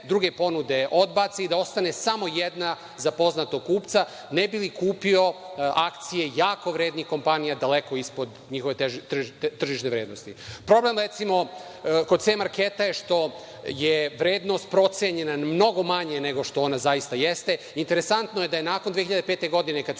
druge ponude odbace i da ostane samo jedna za poznatog kupca, ne bi li kupio akcije jako vrednih kompanija daleko ispod njihove tržišne vrednosti. Problem, recimo, kod C marketa je što je vrednost procenjena mnogo manje nego što ona zaista jeste. Interesantno je da nakon 2005. godine, kada